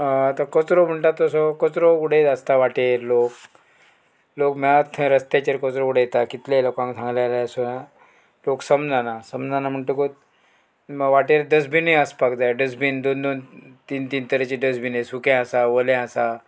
आतां कचरो म्हणटा तसो कचरो उडयत आसता वाटेर लोक लोक मेळत थंय रस्त्याचेर कचरो उडयता कितलेय लोकांक सांगले जाल्यार सो लोक समजना समजना म्हणटकूत वाटेर डस्टबिनूय आसपाक जाय डस्टबीन दोन दोन तीन तीन तरेचे डस्टबीन हे सुकें आसा वोलें आसा